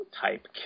type